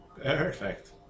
Perfect